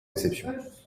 exceptions